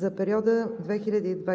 за периода 2021 –